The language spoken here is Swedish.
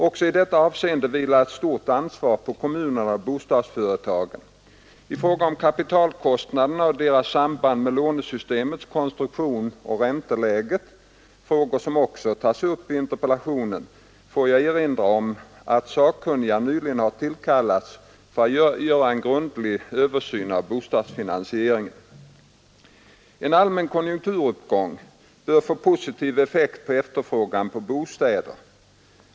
Också i detta avseende vilar ett stort ansvar på kommunerna och bostadsföretagen. I fråga om kapitalkostnaderna och deras samband med lånesystemets konstruktion och ränteläget — frågor som också tas upp i interpellationen — får jag erinra om att sakkunniga nyligen har tillkallats för att göra en grundlig översyn av bostadsfinansieringen. En allmän konjunkturuppgång bör få positiv effekt på efterfrågan på bostäder.